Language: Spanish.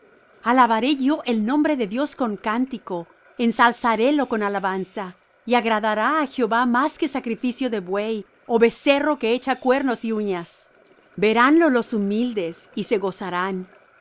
alabaré yo el nombre de dios con cántico ensalzarélo con alabanza y agradará á jehová más que sacrificio de buey o becerro que echa cuernos y uñas veránlo los humildes y se gozarán